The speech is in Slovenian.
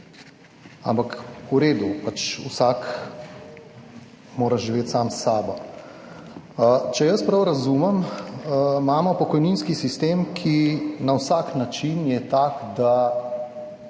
ampak v redu, vsak mora živeti sam s sabo. Če jaz prav razumem, imamo pokojninski sistem, ki na vsak način je tak, da